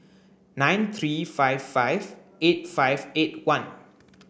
nine three five five eight five eight one